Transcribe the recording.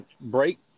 break